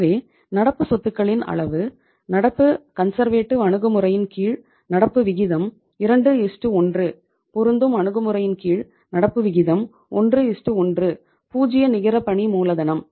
எனவே நடப்பு சொத்துகளின் அளவு நடப்பு கன்சர்வேட்டிவ் அணுகுமுறையின் கீழ் நடப்பு விகிதம் 21 பொருந்தும் அணுகுமுறையின் கீழ் நடப்பு விகிதம் 11 பூஜ்ஜிய நிகர பணி மூலதனம்